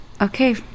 okay